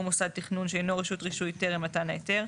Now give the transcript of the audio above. מוסד תכנון שאינו רשות רישוי טרם מתן ההיתר,